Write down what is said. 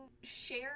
share